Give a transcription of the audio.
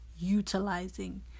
utilizing